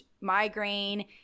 migraine